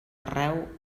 arreu